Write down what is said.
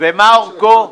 ומה אורכו?